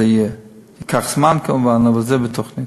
זה יהיה, ייקח זמן, כמובן, אבל זה בתוכנית.